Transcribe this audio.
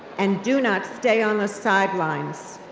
and do not stay on the sidelines.